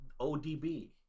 ODB